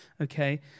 Okay